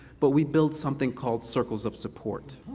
but we build something called circles of support.